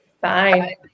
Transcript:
Bye